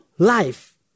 life